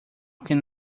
can